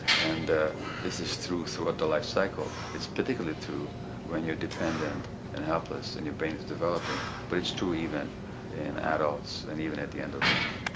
and this is true throughout the life cycle. it's particularly true when you are dependent and helpless when and your brain is developing but it's true even in adults and even at the end of life.